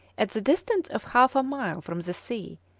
at the distance of half a mile from the sea,